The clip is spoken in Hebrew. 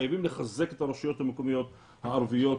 חייבים לחזק את הרשויות המקומיות הערביות,